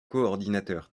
coordinateur